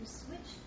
switch